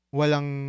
walang